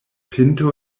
pinto